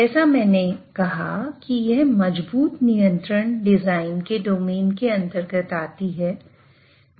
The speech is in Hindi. जैसा मैंने कहा कि यह मजबूत नियंत्रण डिजाइन के डोमेन के अंतर्गत आती है